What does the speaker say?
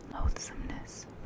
Loathsomeness